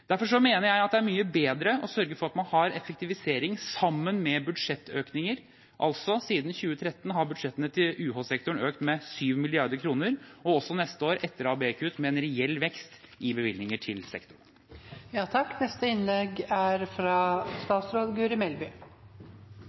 Derfor mener jeg det er mye bedre å sørge for at man har effektivisering sammen med budsjettøkninger. Siden 2013 har budsjettene til UH-sektoren altså økt med 7 mrd. kr, og også neste år, etter ABE-kutt, er det en reell vekst i bevilgninger til sektoren. Jeg er ganske trygg på at alle som sitter her i salen, deler oppfatningen om at det er